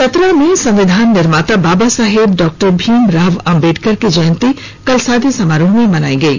चतरा में संविधान निर्माता बाबा साहेब डॉ भीमराव आंबेडर की जयंती कल सादे समारोह में मनायी गयी